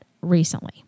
recently